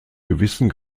gewissen